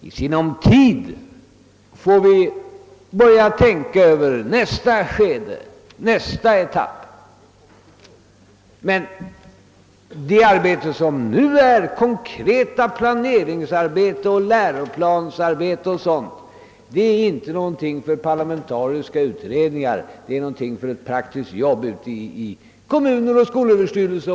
I sinom tid får vi börja tänka över nästa skede, nästa etapp, men vad vi nu skall syssla med är konkret planeringsarbete, läroplansarbete och sådant, och detta är ingenting för parlamentariska utredningar. Vad som skall utföras är praktiskt arbete ute i kommuner och i skolöverstyrelsen.